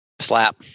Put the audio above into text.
Slap